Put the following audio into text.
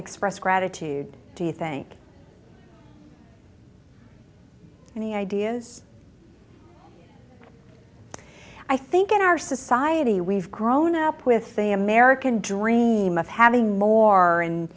express gratitude do you think any ideas i think in our society we've grown up with the american dream of having more and